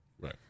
Right